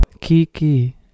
kiki